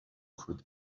could